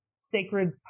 Sacred